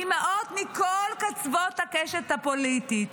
אימהות מכל קצוות הקשת הפוליטית.